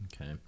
Okay